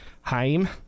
Haim